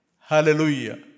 Hallelujah